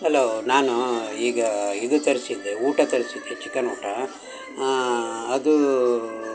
hello ನಾನು ಈಗ ಇದು ತರಿಸಿದ್ದೆ ಊಟ ತರಿಸಿದ್ದೆ ಚಿಕನ್ ಊಟ ಅದು